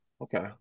Okay